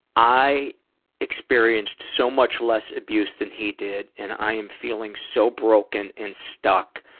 i experienced so much less abuse than he did, and i am feeling so broken and stuck.